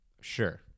sure